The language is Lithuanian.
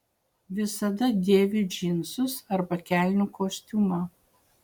visada dėviu džinsus arba kelnių kostiumą